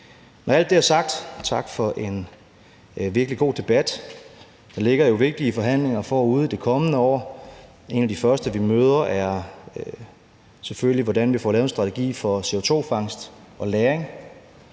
Når alt det er sagt: Tak for en virkelig god debat. Der ligger jo vigtige forhandlinger forude det kommende år. En af de første, vi møder, er selvfølgelig om, hvordan vi får lavet en strategi for CO2-fangst og -lagring.